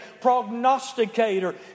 prognosticator